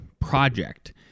project